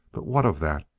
but what of that?